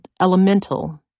elemental